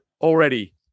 Already